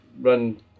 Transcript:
run